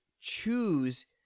choose